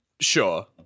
sure